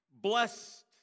Blessed